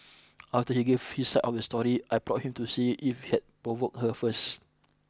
after he gave his side of the story I probed him to see if he had provoked her first